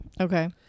Okay